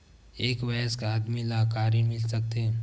एक वयस्क आदमी ला का ऋण मिल सकथे?